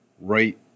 right